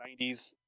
90s